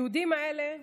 היהודים האלה,